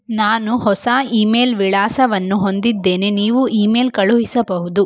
ನಾನು ಹೊಸ ಇಮೇಲ್ ವಿಳಾಸವನ್ನು ಹೊಂದಿದ್ದೇನೆ ನೀವು ಇಮೇಲ್ ಕಳುಹಿಸಬಹುದು